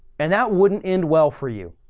and that wouldn't end well for you.